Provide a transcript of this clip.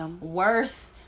worth